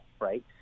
right